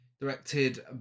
directed